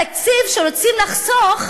התקציב שרוצים לחסוך